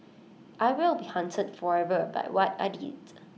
I will be haunted forever by what I did